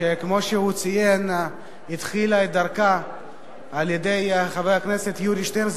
שכמו שהוא ציין התחילה את דרכה על-ידי חבר הכנסת יורי שטרן,